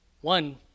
One